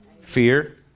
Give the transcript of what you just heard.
fear